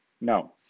No